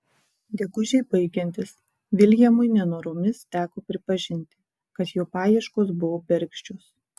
gegužei baigiantis viljamui nenoromis teko pripažinti kad jo paieškos buvo bergždžios